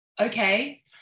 okay